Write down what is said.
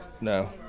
No